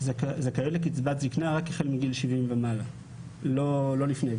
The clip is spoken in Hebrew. זכאיות לקצבת זקנה רק החל מגיל 70 ומעלה ולא לפני.